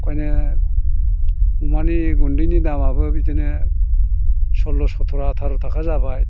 ओंखायनो अमानि गुन्दैनि दामाबो बिदिनो सलल' सथर' आथार' थाखा जाबाय